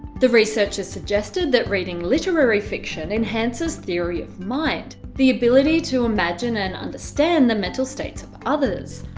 the researchers suggested that reading literary fiction enhances theory of mind the ability to imagine and understand the mental states of others.